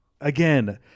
again